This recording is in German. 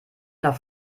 nach